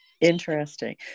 Interesting